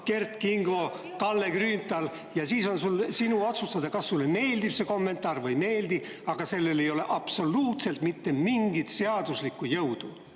Kert Kingo, Kalle Grünthal, ja siis on sinu otsustada, kas sulle meeldib see kommentaar või ei meeldi, aga sellel ei ole absoluutselt mitte mingit seaduslikku jõudu. Ja